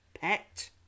Pet